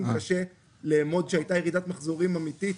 קשה לאמוד שהייתה ירידת מחזורים אמיתית.